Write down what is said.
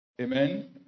amen